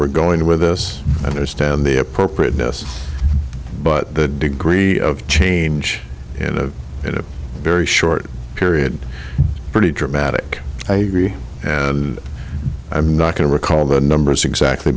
we're going with this understand the appropriateness but the degree of change in a very short period pretty dramatic and i'm not going to recall the numbers exactly